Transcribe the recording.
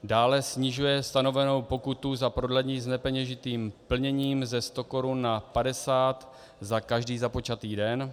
Dále snižuje stanovenou pokutu za prodlení s nepeněžitým plněním ze sto korun na padesát za každý započatý den.